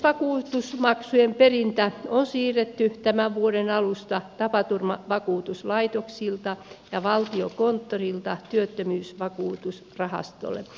työttömyysvakuutusmaksujen perintä on siirretty tämän vuoden alusta tapaturmavakuutuslaitoksilta ja valtiokonttorilta työttömyysvakuutusrahastolle